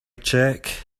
check